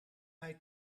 mij